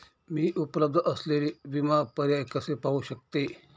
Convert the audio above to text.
मी उपलब्ध असलेले विमा पर्याय कसे पाहू शकते?